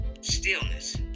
stillness